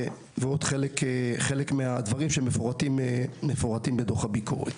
ועוד חלק מהדברים שמפורטים בדוח הביקורת.